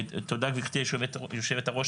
ותודה לך גברתי היו"ר,